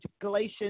Galatians